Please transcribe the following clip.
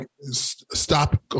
stop